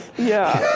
yeah.